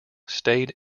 stayed